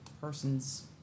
person's